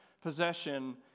possession